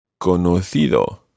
CONOCIDO